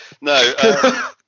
No